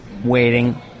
waiting